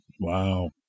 wow